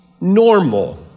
normal